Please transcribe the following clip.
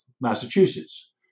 Massachusetts